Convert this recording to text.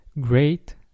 great